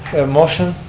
motion.